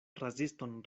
raziston